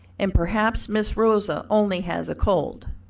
and perhaps mrs. rosa only has a cold.